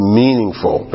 meaningful